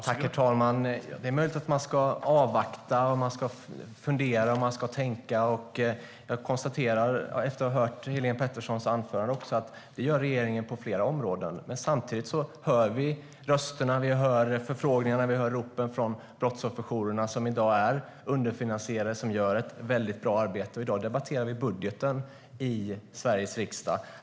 Herr talman! Det är möjligt att man ska avvakta, fundera och tänka. Jag konstaterar efter att ha hört Helene Peterssons anförande att det är vad regeringen gör på flera områden. Samtidigt hör vi rösterna, vi hör förfrågningarna, vi hör ropen från brottsofferjourerna som gör ett väldigt bra arbete men som är underfinansierade. I dag debatterar vi budgeten i Sveriges riksdag.